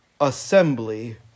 assembly